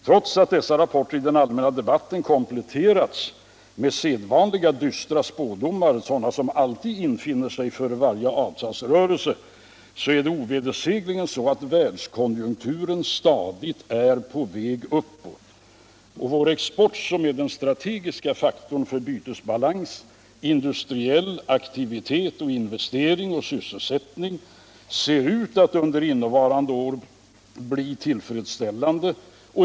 Trots att dessa rapporter i den allmänna debatten kompletteras med sedvanligt dystra spådomar, sådana som alltid infinner sig före en avtalsrörelse, är det ovedersägligen så att världskonjunkwuren stadigt är på väg uppåt. Vår export. som är den strategiska faktorn för bytesbalans, industriell investeringsaktivitet och sysselsättning, ser under innevarande år ut att bli tillfredsställande.